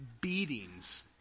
beatings